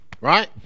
Right